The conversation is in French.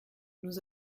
nous